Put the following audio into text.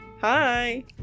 hi